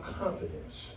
confidence